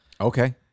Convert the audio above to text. Okay